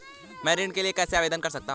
मैं ऋण के लिए कैसे आवेदन कर सकता हूं?